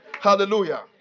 Hallelujah